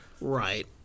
Right